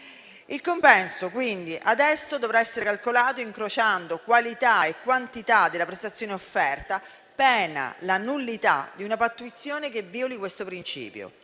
Il compenso adesso dovrà quindi essere calcolato incrociando qualità e quantità della prestazione offerta, pena la nullità di una pattuizione che violi questo principio.